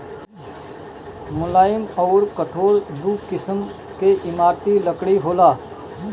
मुलायम अउर कठोर दू किसिम के इमारती लकड़ी होला